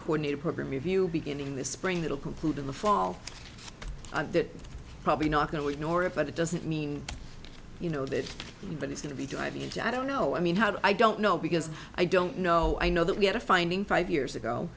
coordinated program review beginning this spring that will conclude in the fall i'm probably not going to ignore it but it doesn't mean you know that but it's going to be diving into i don't know i mean how i don't know because i don't know i know that we had a finding five years ago